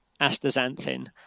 astaxanthin